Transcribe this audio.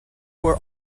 were